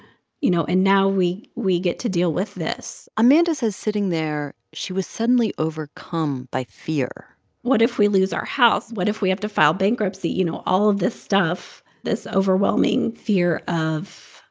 you know, and now we we get to deal with this amanda says sitting there, she was suddenly overcome by fear what if we lose our house? what if we have to file bankruptcy? you know, all of this stuff, this overwhelming fear of,